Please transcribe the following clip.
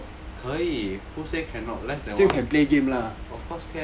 no 可以 who say cannot less than one